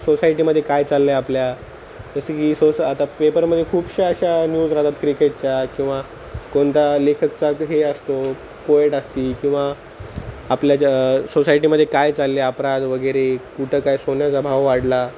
सोसायटीमध्ये काय चाललं आपल्या जसं की सोस आता पेपरमध्ये खूपशा अशा न्यूज राहतात क्रिकेटच्या किंवा कोणता लेखकचा हे असतो पोएट असते किंवा आपल्या जर सोसायटीमध्ये काय चालले अपराध वगैरे कुठं काय सोन्याचा भाव वाढला